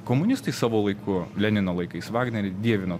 komunistai savo laiku lenino laikais vagnerį dievino